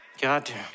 Goddamn